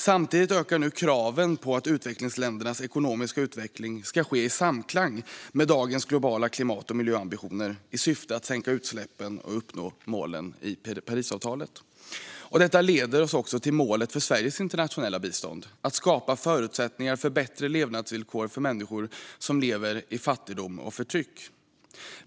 Samtidigt ökar nu kraven på att utvecklingsländernas ekonomiska utveckling ska ske i samklang med dagens globala klimat och miljöambitioner, i syfte att sänka utsläppen och uppnå målen i Parisavtalet. Detta leder oss även till målet för Sveriges internationella bistånd: att skapa förutsättningar för bättre levnadsvillkor för människor som lever i fattigdom och förtryck.